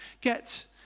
get